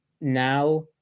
now